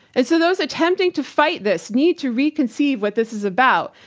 and so those attempting to fight this need to reconceive what this is about,